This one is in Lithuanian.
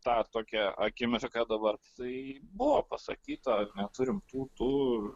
tą tokią akimirką dabar tai buvo pasakyta neturim tų tų